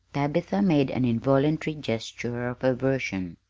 tabitha made an involuntary gesture of aversion.